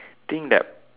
think that